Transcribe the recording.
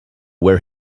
where